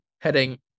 Heading